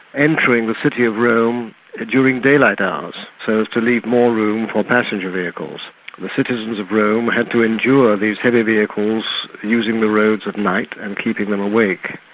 entering the city of rome during daylight hours, so as to leave more room for passenger vehicles. the citizens of rome had to endure these heavy vehicles using the roads at night and keeping them awake.